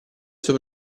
suo